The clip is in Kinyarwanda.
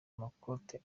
amakote